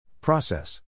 Process